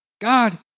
God